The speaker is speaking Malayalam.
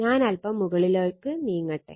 ഞാൻ അല്പം മുകളിലേക്ക് നീങ്ങട്ടെ